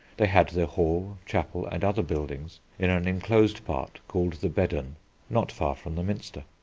they had their hall, chapel, and other buildings in an enclosed part called the bedern not far from the minster.